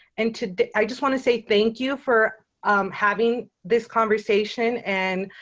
and today, i just want to say thank you for um having this conversation and